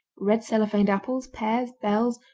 red-cellophaned apples, pears, bells,